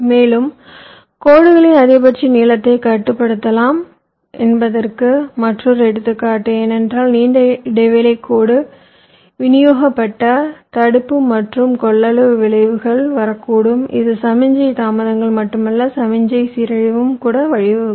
மேலும் கோடுகளின் அதிகபட்ச நீளத்தையும் கட்டுப்படுத்தலாம் என்பதற்கு மற்றொரு எடுத்துக்காட்டு ஏனென்றால் நீண்ட இடைவெளிக் கோடு விநியோகிக்கப்பட்ட தடுப்பு மற்றும் கொள்ளளவு விளைவுகள் வரக்கூடும் இது சமிக்ஞை தாமதங்கள் மட்டுமல்ல சமிக்ஞை சீரழிவும் கூட வழிவகுக்கும்